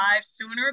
sooner